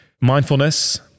mindfulness